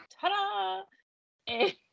Ta-da